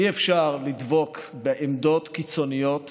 אי-אפשר לדבוק בעמדות קיצוניות